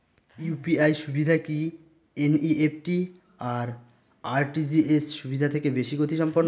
UPI সুবিধা কি NEFT আর আর.টি.জি.এস সুবিধা থেকে বেশি গতিসম্পন্ন?